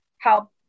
help